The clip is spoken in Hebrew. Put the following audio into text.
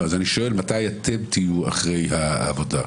אז אני שואל, מתי אתם תהיו אחרי העבודה.